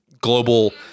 global